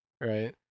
right